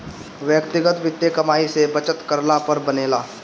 व्यक्तिगत वित्त कमाई से बचत करला पर बनेला